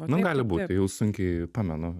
nu gali būt jau sunkiai pamenu